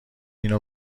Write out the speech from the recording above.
اینو